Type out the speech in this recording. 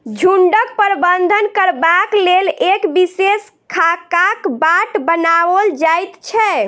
झुंडक प्रबंधन करबाक लेल एक विशेष खाकाक बाट बनाओल जाइत छै